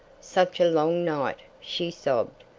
such a long night! she sobbed,